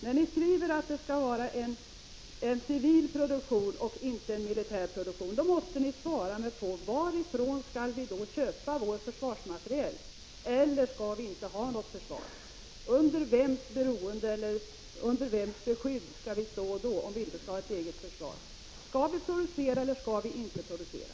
När ni skriver att det skall vara en civil produktion i stället för militär produktion, måste ni svara på frågan: Varifrån skall vi köpa vår försvarsmateriel, eller skall vi inte ha något försvar? Under vems beskydd skall vi stå, om vi inte har ett eget försvar? Skall vi producera, eller skall vi inte producera?